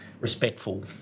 respectful